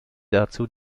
dazu